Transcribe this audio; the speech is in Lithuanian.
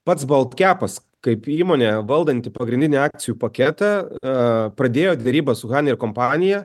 pats baltkepas kaip įmonė valdanti pagrindinį akcijų paketą pradėjo derybas su haner kompanija